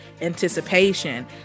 anticipation